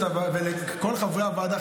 ולכל חברי הוועדה,